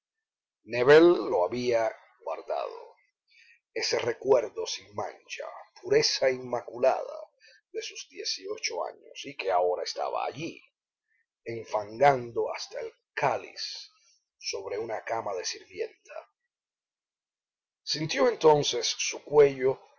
nébel lo había guardado ese recuerdo sin mancha pureza inmaculada de sus dieciocho años y que ahora estaba allí enfangado hasta el cáliz sobre una cama de sirvienta sintió entonces sobre su cuello